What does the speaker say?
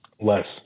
Less